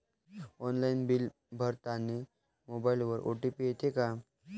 Online bill भरतानी मोबाईलवर OTP येते का?